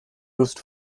used